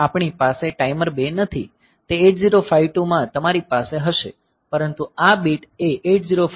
તે 8052 માં તમારી પાસે હશે પરંતુ આ બીટ એ 8051 માં પણ છે